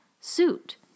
Suit